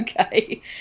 okay